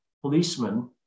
policeman